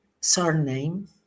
surname